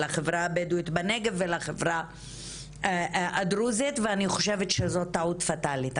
לחברה הבדואית בנגב ולחברה הדרוזית ואני חושבת שזאת טעות פטאלית.